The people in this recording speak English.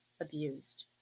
abused